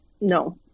No